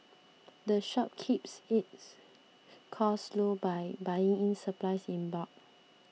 the shop keeps its costs low by buying its supplies in bulk